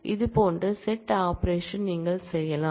இது போன்ற set operation நீங்கள் செய்யலாம்